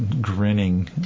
grinning